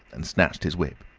and snatched his whip.